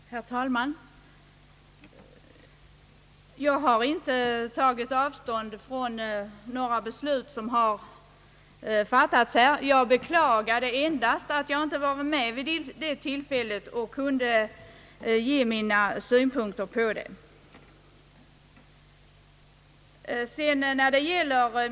Herr talman! Jag har inte tagit avstånd från några beslut som fattats här. Jag har endast beklagat att jag inte var med vid det tillfället och därför inte kunnat ge mina synpunkter på detta.